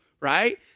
Right